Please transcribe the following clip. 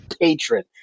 patron